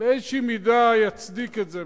באיזושהי מידה יצדיק את זה.